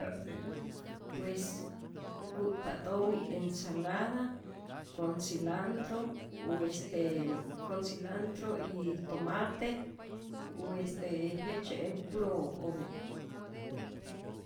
pues nku'tpa't owi ensalada con cilantro u este con cilantro y tomate u este jejtzye en puro owi'.